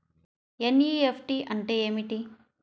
NEFT అంటే ఏమిటి?